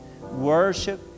Worship